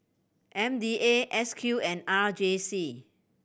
M D A S Q and R J C